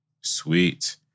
Sweet